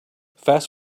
fast